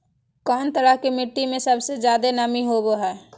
कौन तरह के मिट्टी में सबसे जादे नमी होबो हइ?